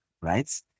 right